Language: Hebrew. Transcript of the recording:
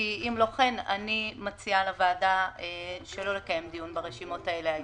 אחרת אני מציעה לוועדה לא לקיים דיון ברשימות האלו היום.